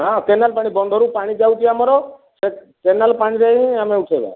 ହଁ କେନାଲ ପାଣି ବନ୍ଧରୁ ପାଣି ଯାଉଛି ଆମର କେନାଲ ପାଣିରେ ହିଁ ଆମେ ଉଠେଇବା